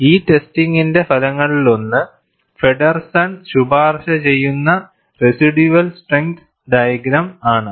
ഈ ടെസ്റ്റിംഗിന്റ് ഫലങ്ങളിലൊന്ന് ഫെഡെർസൻ ശുപാർശ ചെയ്യുന്ന റെസിഡ്യൂവൽ സ്ട്രെങ്ത് ഡയഗ്രം ആണ്